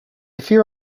fear